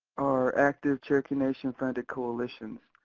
are active cherokee nation funded coalitions.